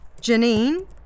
Janine